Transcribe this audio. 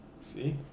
see